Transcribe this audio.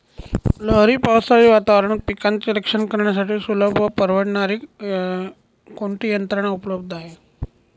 लहरी पावसाळी वातावरणात पिकांचे रक्षण करण्यासाठी सुलभ व परवडणारी कोणती यंत्रणा उपलब्ध आहे?